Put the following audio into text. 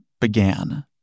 began